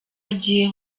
agiye